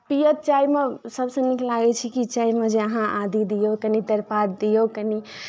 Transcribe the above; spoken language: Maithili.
पिअत चायमे सभसँ नीक लागै छै कि चायमे जे अहाँ आदी दियौ कनि तेरपात दियौ कनि